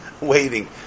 waiting